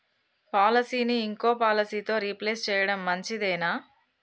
పాలసీని ఇంకో పాలసీతో రీప్లేస్ చేయడం మంచిదేనా?